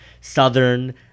Southern